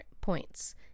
points